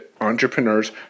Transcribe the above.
entrepreneurs